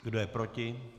Kdo je proti?